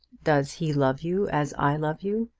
does he love you as i love you?